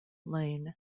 lane